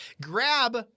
Grab